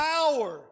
Power